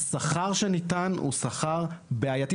השכר שניתן הוא שכר בעייתי.